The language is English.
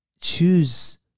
choose